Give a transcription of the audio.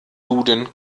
duden